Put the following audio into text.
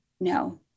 no